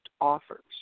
offers